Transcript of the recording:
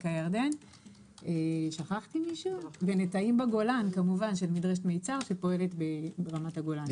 הירדן; ו"נטעים" בגולן של מדרשת "מיצר" שפועלת ברמת הגולן.